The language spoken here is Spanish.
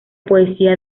poesía